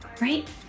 right